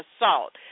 assault